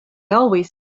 always